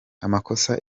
amakosa